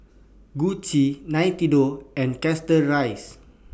Gucci Nintendo and Chateraise